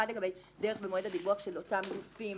אחד לגבי דרך ומועד הדיווח של אותם גופי